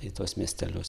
į tuos miestelius